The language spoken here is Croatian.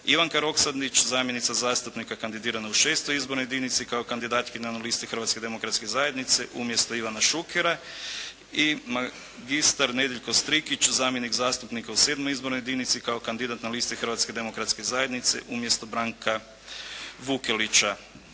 Ivanka Roksandić zamjenica zastupnika kandidirana u VI. izbornoj jedinici kao kandidatkinja na listi Hrvatske demokratske zajednice umjesto Ivana Šukera, i magistar Nedeljko Strikić zamjenik zastupnika u VII. izbornoj jedinici kao kandidat na listi Hrvatske demokratske zajednice umjesto Branka Vukelića.